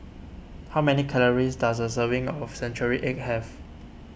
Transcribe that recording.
how many calories does a serving of Century Egg have